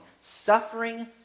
Suffering